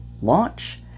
launch